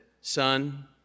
son